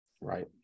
Right